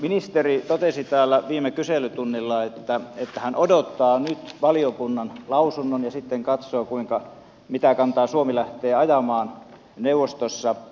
ministeri totesi täällä viime kyselytunnilla että hän odottaa nyt valiokunnan lausunnon ja sitten katsoo mitä kantaa suomi lähtee ajamaan neuvostossa